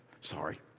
sorry